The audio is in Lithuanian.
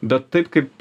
bet taip kaip